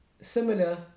Similar